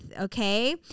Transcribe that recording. Okay